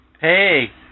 Hey